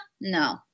No